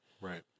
Right